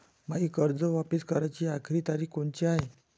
मायी कर्ज वापिस कराची आखरी तारीख कोनची हाय?